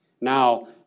Now